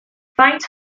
faint